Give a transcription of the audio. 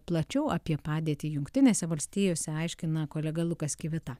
plačiau apie padėtį jungtinėse valstijose aiškina kolega lukas kivita